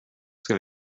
ska